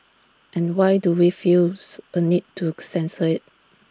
and why do we still feels A need to censor IT